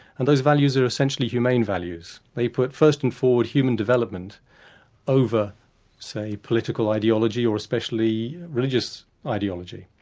and those values are essentially humane values. they put first and forward human development over say political ideology or especially religious ideology.